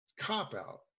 cop-out